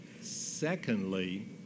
Secondly